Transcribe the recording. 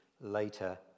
later